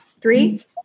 Three